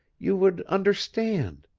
you would understand